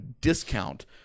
discount